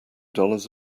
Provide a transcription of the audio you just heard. dollars